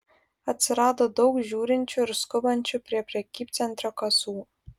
atsirado daug žiūrinčių ir skubančių prie prekybcentrio kasų